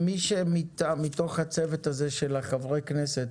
מי שמתוך הצוות הזה של חברי הכנסת,